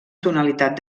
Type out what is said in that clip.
tonalitat